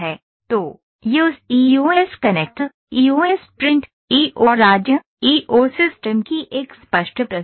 slide time देखें 4251 तो यह उस EOS connect EOS print EO राज्य EO सिस्टम की एक स्पष्ट प्रस्तुति है